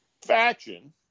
faction